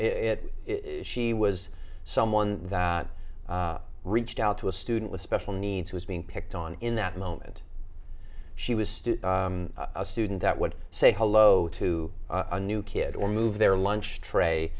it she was someone that reached out to a student with special needs who is being picked on in that moment she was still a student that would say hello to a new kid or move their lunch tray